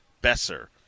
Besser